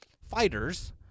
fighters